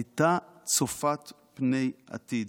הייתה צופה פני עתיד.